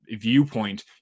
Viewpoint